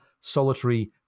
solitary